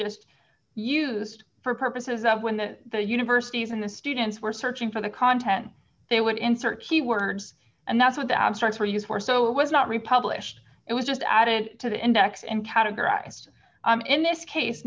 just used for purposes of when the universities and the students were searching for the content they would insert key words and that's what the abstract for you for so it was not republished it was just added to the index and categorized in this case